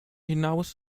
hinaus